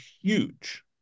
huge